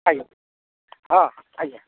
ଆଜ୍ଞା ହଁ ଆଜ୍ଞା